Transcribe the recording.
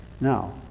Now